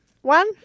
One